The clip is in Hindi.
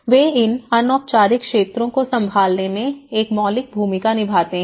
वे इन अनौपचारिक क्षेत्रों को संभालने में एक मौलिक भूमिका निभाते हैं